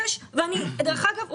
דרך אגב,